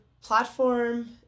platform